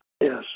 Yes